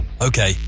Okay